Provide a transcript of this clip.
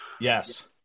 yes